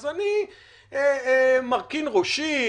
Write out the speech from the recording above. אני מרכין ראשי,